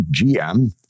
GM